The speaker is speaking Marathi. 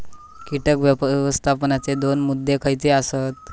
कीटक व्यवस्थापनाचे दोन मुद्दे खयचे आसत?